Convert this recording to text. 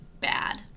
bad